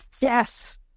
Yes